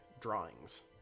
drawings